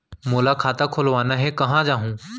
मोला खाता खोलवाना हे, कहाँ जाहूँ?